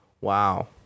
wow